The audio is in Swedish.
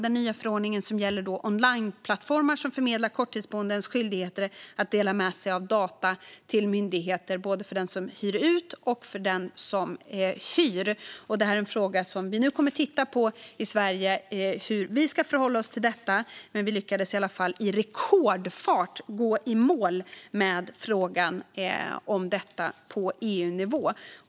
Den nya förordningen gäller skyldigheter för onlineplattformar som förmedlar korttidsboenden att dela med sig av data till myndigheter, och det gäller både avseende den som hyr ut och den som hyr. Vi kommer nu att titta på frågan och se på hur vi i Sverige ska förhålla oss till den. Men vi lyckades i varje fall att gå i mål i rekordfart med frågan på EU-nivå.